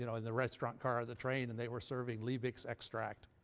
you know in the restaurant car of the train, and they were serving liebig's extract.